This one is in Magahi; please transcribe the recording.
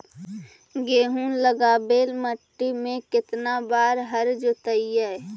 गेहूं लगावेल मट्टी में केतना बार हर जोतिइयै?